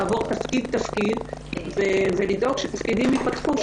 לעבור תפקיד-תפקיד ולדאוג שתפקידים ייפתחו,